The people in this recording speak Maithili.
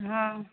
हँ